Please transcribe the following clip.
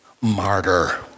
martyr